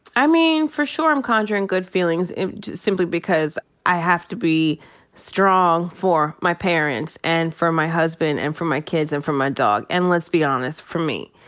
i mean for sure i'm conjuring good feelings in simply because i have to be strong for my parents and for my husband and for my kids and for my dog. and let's be honest, for me.